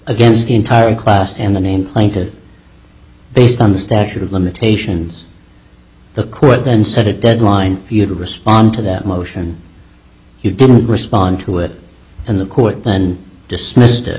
against the entire class and the name pointed based on the statute of limitations the court then set a deadline for you to respond to that motion you didn't respond to it and the court then dismissed it